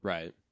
Right